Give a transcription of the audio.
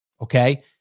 okay